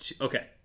Okay